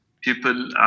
people